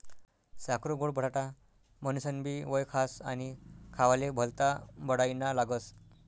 साकरु गोड बटाटा म्हनीनसनबी वयखास आणि खावाले भल्ता बडाईना लागस